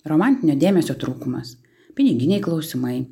romantinio dėmesio trūkumas piniginiai klausimai